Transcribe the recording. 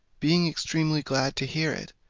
being extremely glad to hear it,